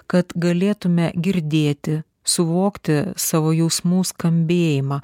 kad galėtume girdėti suvokti savo jausmų skambėjimą